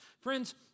Friends